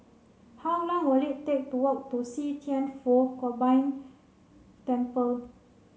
how long will it take to walk to See Thian Foh Combined Temple